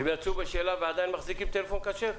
הם יוצאים בשאלה ועדיין מחזיקים טלפון כשר?